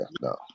no